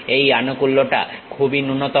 এই আনুকূল্যটা খুবই ন্যূনতম